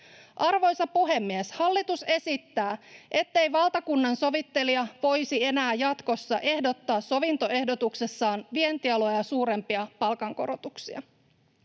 Arvoisa puhemies! Hallitus esittää, ettei valtakunnansovittelija voisi enää jatkossa ehdottaa sovintoehdotuksessaan vientialoja suurempia palkankorotuksia.